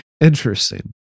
interesting